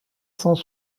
cent